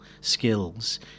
skills